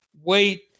wait